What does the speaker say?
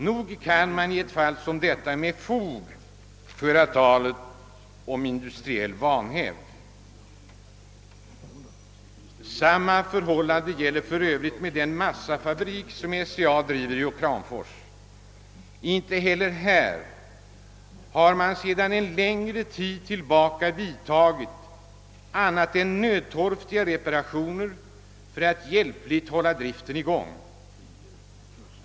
Nog kan man i ett fall som detta med fog tala om industriell vanhävd! Samma förhållande gäller för övrigt den massafabrik som SCA driver i Kramfors. Inte heller här har man sedan en längre tid tillbaka utfört annat än nödtorftiga reparationer för att hjälpligt kunna hålla driften i gång.